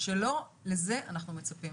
שלא לזה אנחנו מצפים.